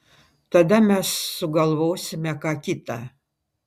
tada mes sugalvosime ką kita